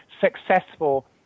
successful